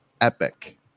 Epic